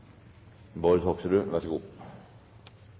Bård Hoksrud.